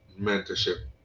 mentorship